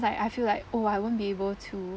like I feel like oh I won't be able to